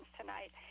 tonight